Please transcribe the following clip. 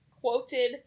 quoted